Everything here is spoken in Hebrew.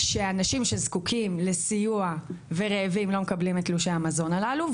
שהאנשים שזקוקים לסיוע ורעבים לא מקבלים את תלושי המזון הללו.